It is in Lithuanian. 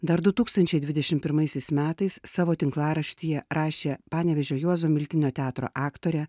dar du tūkstančiai dvidešimt pirmaisiais metais savo tinklaraštyje rašė panevėžio juozo miltinio teatro aktorė